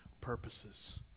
purposes